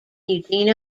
eugene